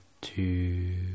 two